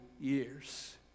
years